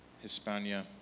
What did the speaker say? Hispania